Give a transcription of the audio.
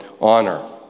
honor